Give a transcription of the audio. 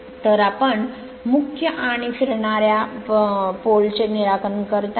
तर आपण मुख्य आणि फिरणार्या pole चे निराकरण करता